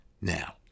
Now